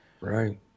Right